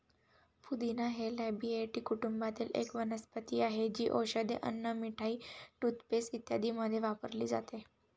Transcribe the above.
पुदिना हे लॅबिएटी कुटुंबातील एक वनस्पती आहे, जी औषधे, अन्न, मिठाई, टूथपेस्ट इत्यादींमध्ये वापरली जाते